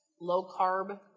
low-carb